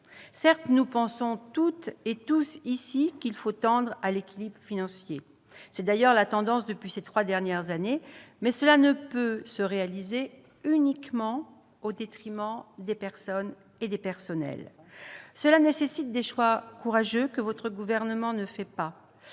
Certes, nous pensons toutes et tous ici qu'il faut tendre à l'équilibre financier- c'est d'ailleurs la tendance depuis ces trois dernières années -, mais cela ne peut se réaliser uniquement au détriment des individus et des personnels. Cela nécessite des choix courageux, que le Gouvernement ne fait pas.